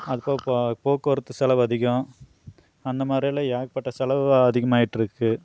அப்போ ப போக்குவரத்து செலவு அதிகம் அந்த மாதிரியெல்லாம் ஏகப்பட்ட செலவு அதிகமாயிட்டிருக்கு